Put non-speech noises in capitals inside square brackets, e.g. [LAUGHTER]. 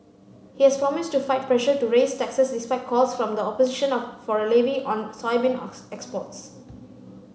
he has promised to fight pressure to raise taxes despite calls from the opposition of for a levy on soybean [UNINTELLIGIBLE] exports